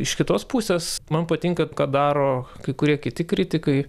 iš kitos pusės man patinka ką daro kai kurie kiti kritikai